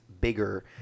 bigger